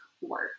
Work